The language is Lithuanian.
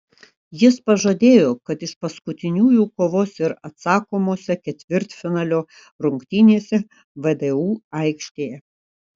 jis pažadėjo kad iš paskutiniųjų kovos ir atsakomose ketvirtfinalio rungtynėse vdu aikštėje